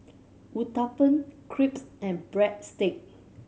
Uthapam Crepe and Breadstick